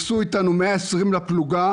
משבר,